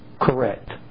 correct